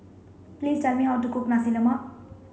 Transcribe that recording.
please tell me how to cook Nasi Lemak